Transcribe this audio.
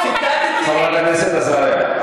תתנסח בצורה שהולמת את המציאות,